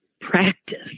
practice